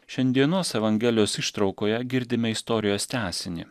šiandienos evangelijos ištraukoje girdime istorijos tęsinį